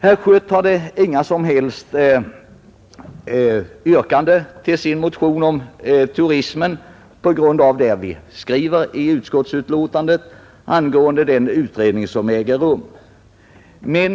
Vad sedan gäller herr Schötts motion om turistnäringen på Öland och Gotland ställde herr Schött själv inte något yrkande med anledning av vad utskottet skrivit om den utredning som för närvarande pågår.